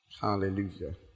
Hallelujah